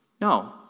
No